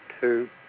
two